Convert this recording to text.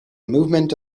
movement